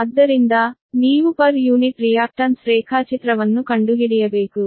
ಆದ್ದರಿಂದ ನೀವು per unit reactance ರೇಖಾಚಿತ್ರವನ್ನು ಕಂಡುಹಿಡಿಯಬೇಕು